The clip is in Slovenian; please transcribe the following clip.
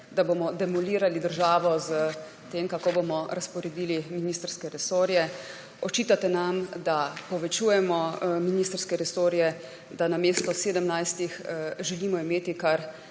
da bomo demolirali državo s tem, kako bomo razporedili ministrske resorje. Očitate nam, da povečujemo ministrske resorje, da namesto 17 želimo imeti kar